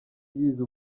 yize